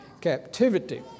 captivity